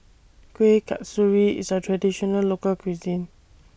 Kueh Kasturi IS A Traditional Local Cuisine